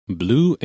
blue